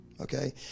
Okay